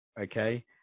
okay